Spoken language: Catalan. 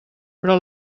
però